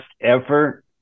effort